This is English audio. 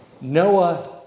Noah